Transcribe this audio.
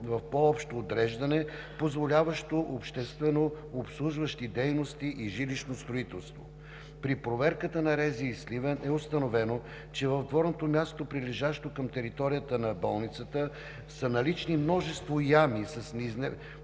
в по-общо отреждане, позволяващо обществено обслужващи дейности и жилищно строителство. При проверката на РЗИ – Сливен, е установено, че в дворното място, прилежащо към територията на болницата, са налични множество ями с неизвестна